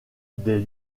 des